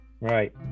Right